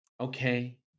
Okay